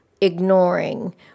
ignoring